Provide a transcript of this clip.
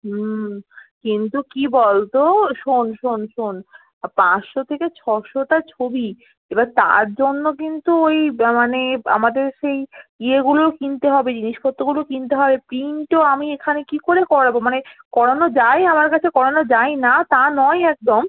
হুম কিন্তু কী বলতো শোন শোন শোন পাঁচশো থেকে ছশোটা ছবি এবার তার জন্য কিন্তু ওই মানে আমাদের সেই ইয়েগুলো কিনতে হবে জিনিসপত্রগুলো কিনতে হবে পিন্টও আমি এখানে কী করে করাব মানে করানো যায় আমার কাছে করানো যায় না তা নয় একদম